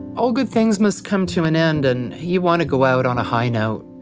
all good things must come to an end and you want to go out on a high note,